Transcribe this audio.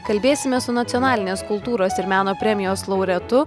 kalbėsime su nacionalinės kultūros ir meno premijos laureatu